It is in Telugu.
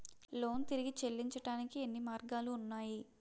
లోన్ తిరిగి చెల్లించటానికి ఎన్ని మార్గాలు ఉన్నాయి?